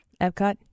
Epcot